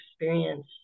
experience